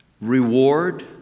reward